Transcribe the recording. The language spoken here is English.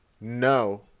No